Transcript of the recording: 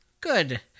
good